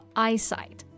eyesight